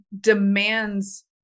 demands